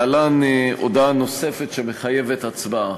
להלן הודעה נוספת, שמחייבת הצבעה.